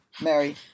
Mary